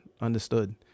understood